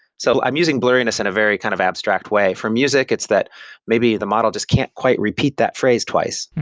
so i'm using blurriness in a very kind of abstract way. for music, it's that maybe the model just can't quite repeat that phrase twice,